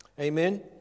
Amen